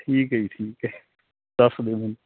ਠੀਕ ਐ ਜੀ ਠੀਕ ਆ ਦੱਸ ਦਿਓ ਮੈਨੂੰ